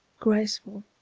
graceful,